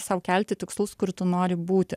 sau kelti tikslus kur tu nori būti